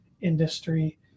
industry